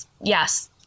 yes